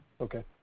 Okay